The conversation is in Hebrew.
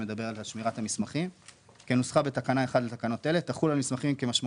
שמדבר גם על ערעור על קביעת תושב זר של המוסד הפיננסי שלא רלוונטי כאן.